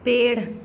पेड़